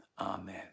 amen